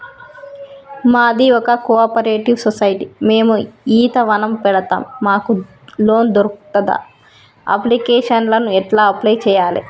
మాది ఒక cooperative society మేము ఈత వనం పెడతం మాకు లోన్ దొర్కుతదా? అప్లికేషన్లను ఎట్ల అప్లయ్ చేయాలే?